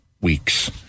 weeks